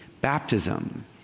baptism